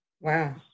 Wow